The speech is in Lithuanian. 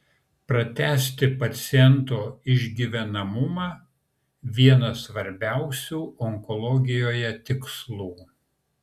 pratęsti paciento išgyvenamumą vienas svarbiausių onkologijoje tikslų